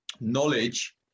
knowledge